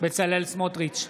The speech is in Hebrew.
בצלאל סמוטריץ'